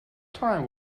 time